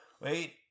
wait